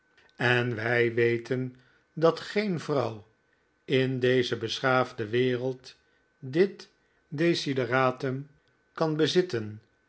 en wij weten dat geen vrouw in deze beschaafde wereld dit desideratum kan bezitten